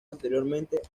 anteriormente